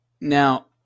Now